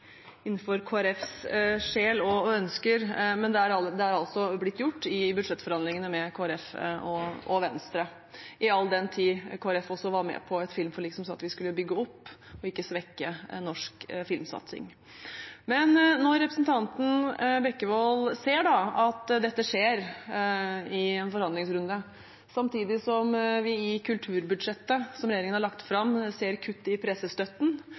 innenfor Kristelig Folkepartis sjel og ønsker, men det er altså blitt gjort i budsjettforhandlingene med Kristelig Folkeparti og Venstre, i all den tid Kristelig Folkeparti også var med på et filmforlik som sa at vi skulle bygge opp og ikke svekke en norsk filmsatsing. Men når representanten Bekkevold ser at dette skjer i en forhandlingsrunde, samtidig som vi i kulturbudsjettet som regjeringen har lagt fram, ser kutt i pressestøtten,